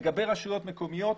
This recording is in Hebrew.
לגבי רשויות מקומיות,